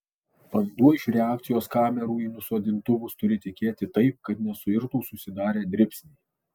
vanduo iš reakcijos kamerų į nusodintuvus turi tekėti taip kad nesuirtų susidarę dribsniai